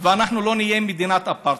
ואנחנו לא נהיה מדינת אפרטהייד.